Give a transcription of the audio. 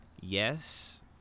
yes